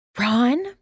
Ron